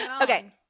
Okay